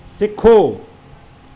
सिखो